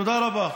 תודה רבה.